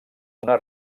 una